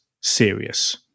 serious